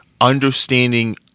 understanding